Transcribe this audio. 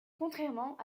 contrairement